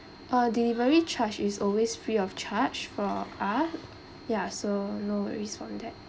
uh delivery charge is always free of charge for us ya so no worries from that